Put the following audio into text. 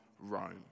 Rome